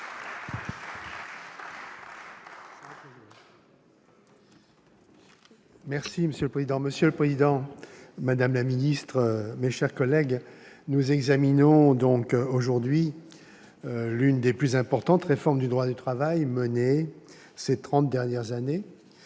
sociales, rapporteur. Monsieur le président, madame la ministre, mes chers collègues, nous examinons aujourd'hui l'une des plus importantes réformes du droit du travail menées ces trente dernières années,